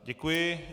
Děkuji.